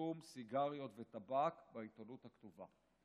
פרסום סיגריות וטבק בעיתונות הכתובה.